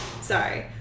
Sorry